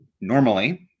normally